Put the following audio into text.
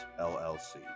LLC